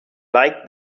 like